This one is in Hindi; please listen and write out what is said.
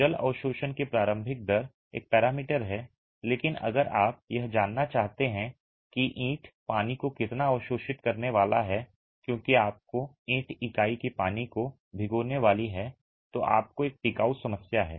जल अवशोषण की प्रारंभिक दर एक पैरामीटर है लेकिन अगर आप यह जानना चाहते हैं कि ईंट पानी को कितना अवशोषित करने वाला है क्योंकि आपको ईंट की इकाई पानी को भिगोने वाली है तो आपको एक टिकाऊ समस्या है